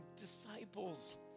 disciples